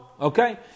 Okay